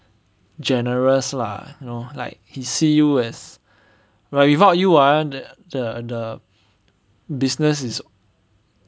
generous lah you know like he see you as like without you ah the the business is